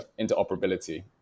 interoperability